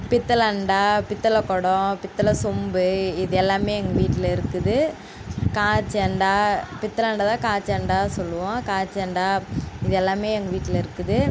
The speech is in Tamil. பித்தளை அண்டா பித்தளை கொடம் பித்தளை சொம்பு இது எல்லாம் எங்கள் வீட்டில் இருக்குது காச்சு அண்டா பித்தளை அண்டாவத தான் காச்சு அண்டான்னு சொல்லுவோம் காச்சு அண்டா இதெல்லாம் எங்கள் வீட்டில் இருக்குது